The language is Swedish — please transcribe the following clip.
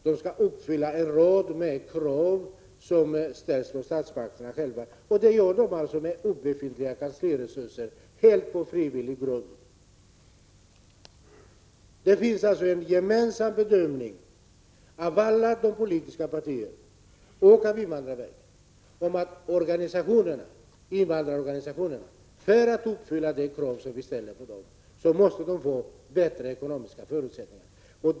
De skall uppfylla en rad krav som ställs av statsmakten, och de gör det med obefintliga kansliresurser och helt på frivillig grund. Alla de politiska partierna och invandrarverket gör alltså den gemensamma bedömningen att invandrarorganisationerna för att uppfylla de krav som vi ställer på dem måste få bättre ekonomiska förutsättningar.